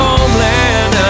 Homeland